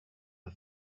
the